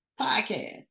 podcast